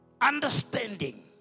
understanding